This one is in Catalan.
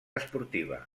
esportiva